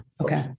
Okay